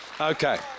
Okay